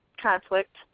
Conflict